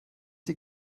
sie